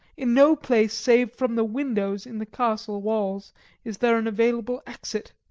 in no place save from the windows in the castle walls is there an available exit.